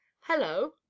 Hello